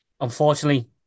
unfortunately